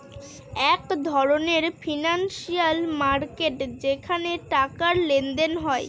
এক ধরনের financial market যেখানে টাকার লেনদেন হয়